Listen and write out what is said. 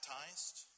baptized